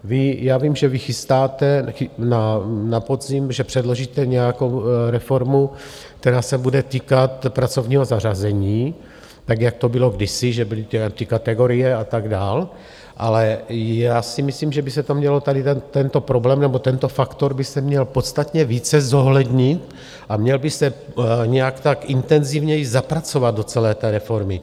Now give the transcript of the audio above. Vy, já vím, že vy chystáte na podzim, že předložíte nějakou reformu, která se bude týkat pracovního zařazení, tak jak to bylo kdysi, že byly ty kategorie a tak dál, ale já si myslím, že by se to mělo tady tento problém nebo tento faktor by se měl podstatně více zohlednit a měl by se nějak tak intenzivněji zapracovat do celé té reformy.